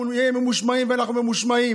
אנחנו נהיה ממושמעים ואנחנו ממושמעים.